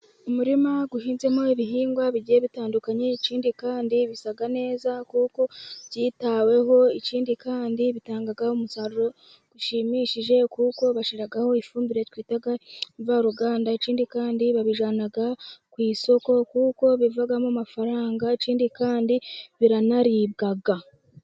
Umurima uhinzemo ibihingwa bigiye bitandukanye. Ikindi kandi bisa neza kuko byitaweho, ikindi kandi bitanga umusaruro ushimishije kuko bashyiraho ifumbire twita imvaruganda. Ikindi kandi babijyana ku isoko kuko bivamo amafaranga, ikindi kandi biranaribwa.